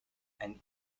and